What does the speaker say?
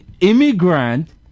immigrant